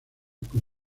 con